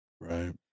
right